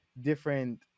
different